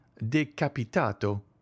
decapitato